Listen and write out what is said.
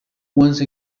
once